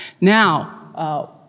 Now